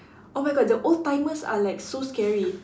oh my god the old timers are like so scary